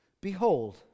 Behold